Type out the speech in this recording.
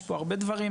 יש פה הרבה דברים,